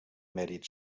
mèrit